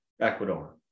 Ecuador